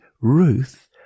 Ruth